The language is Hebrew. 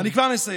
אני כבר מסיים.